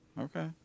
okay